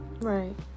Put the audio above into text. right